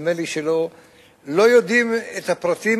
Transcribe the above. נדמה לי שלא יודעים את הפרטים,